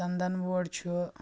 ژندَن وۄڈ چھُ